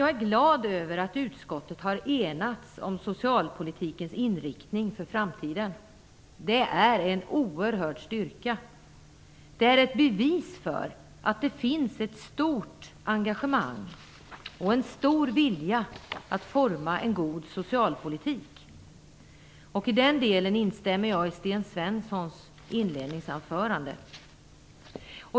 Jag är glad över att utskottet har enats om socialpolitikens inriktning för framtiden. Det är en oerhörd styrka. Det är ett bevis på att det finns ett stort engagemang och en stor vilja att forma en god socialpolitik. I den delen instämmer jag i Sten Svenssons inledningsanförande.